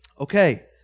Okay